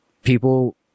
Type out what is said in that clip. People